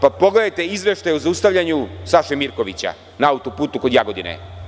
Pa pogledajte izveštaje o zaustavljanju Saše Mirkovića na auto-putu kod Jagodine.